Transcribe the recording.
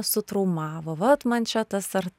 sutraumavo vat man čia tas ar